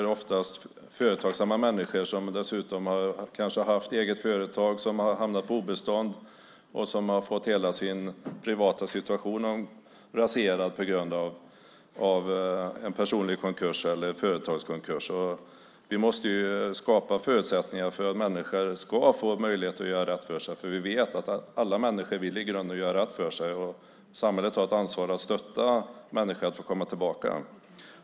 Det är oftast företagsamma människor som kanske har haft eget företag, som har hamnat på obestånd och som har fått hela sin privata situation raserad på grund av en personlig konkurs eller en företagskonkurs. Vi måste skapa förutsättningar för att människor ska få möjlighet att göra rätt för sig eftersom vi vet att alla människor i grunden vill göra rätt för sig. Samhället har ett ansvar att stötta människor att få komma tillbaka.